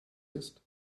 ist